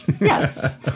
Yes